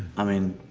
i mean,